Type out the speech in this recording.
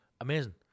Amazing